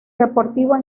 deportivos